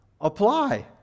apply